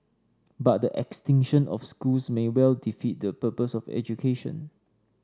but the extinction of schools may well defeat the purpose of education